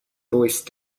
voice